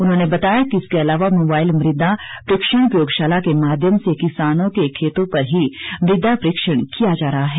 उन्होंने बताया कि इसके अलावा मोबाइल मृदा प्रशिक्षण प्रयोगशाला के माध्यम से किसानों के खेतों पर ही मृदा प्रशिक्षण किया जा रहा है